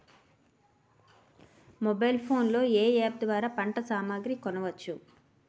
Mobile phone లో ఏ app ద్వారా పంట సామాగ్రి కొనచ్చు?